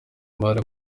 imari